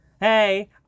hey